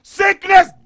sickness